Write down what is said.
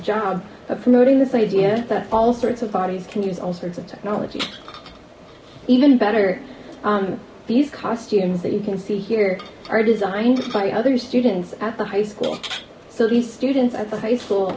job but promoting this idea that all sorts of bodies can use all sorts of technology even better these costumes that you can see here are designed by other students at the high school so these students at the high school